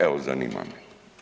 Evo zanima me.